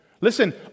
Listen